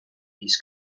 his